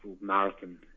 Marathon